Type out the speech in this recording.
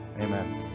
Amen